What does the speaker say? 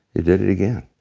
you did it again.